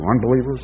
unbelievers